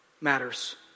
matters